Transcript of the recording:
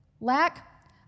lack